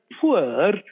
poor